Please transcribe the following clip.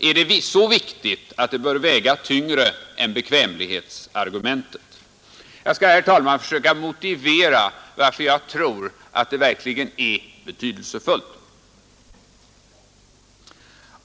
Är det så viktigt att det bör väga tyngre än bekvämlighetsargumenten? Jag skall, herr talman, försöka motivera varför jag tror att det är så betydelsefullt.